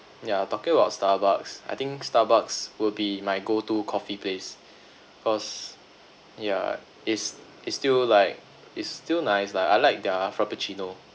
ya talking about starbucks I think starbucks would be my go to coffee place cause yeah it's it's still like it's still nice like I like their frappuccino